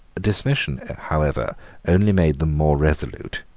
dismission however only made them more resolute.